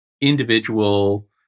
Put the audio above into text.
individual